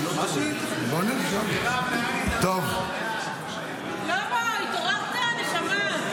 מירב --- שלמה, התעוררת, נשמה?